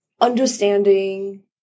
understanding